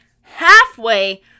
halfway